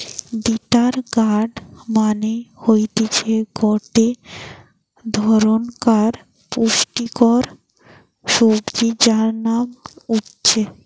bitter gourd মানে হতিছে গটে ধরণকার পুষ্টিকর সবজি যার নাম উচ্ছে